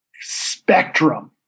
spectrum